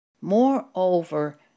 Moreover